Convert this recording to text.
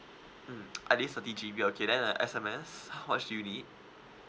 mm at least thirty G_B okay then uh S_M_S how much do you need